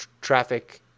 traffic